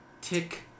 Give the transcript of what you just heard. Tick